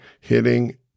hitting